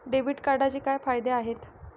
Debit कार्डचे काय फायदे आहेत?